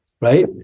Right